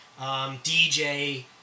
DJ